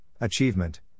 achievement